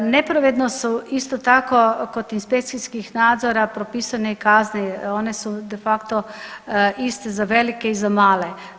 Nepravedno su isto tako kod inspekcijskih nadzora propisane i kazne, one su de facto iste i za velike i za male.